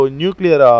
nuclear